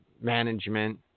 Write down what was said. management